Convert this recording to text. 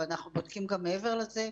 ואנחנו בודקים גם מעבר לזה,